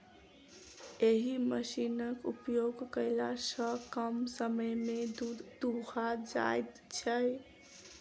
एहि मशीनक उपयोग कयला सॅ कम समय मे दूध दूहा जाइत छै